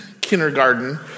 kindergarten